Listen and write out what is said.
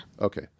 Okay